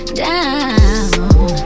down